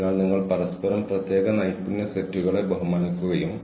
HR system ഒരു top down സമീപനമാണ്